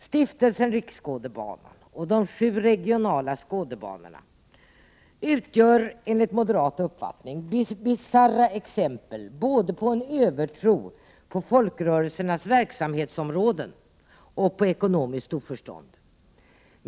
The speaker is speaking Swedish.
Stiftelsen Riksskådebanan och de sju regionala skådebanorna utgör bisarra exempel både på en övertro på folkrörelsernas verksamhetsområden och på ekonomiskt oförstånd.